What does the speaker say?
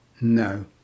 No